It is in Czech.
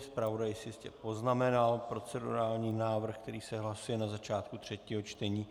Zpravodaj si jistě poznamenal procedurální návrh, který se hlasuje na začátku třetího čtení.